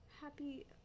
happy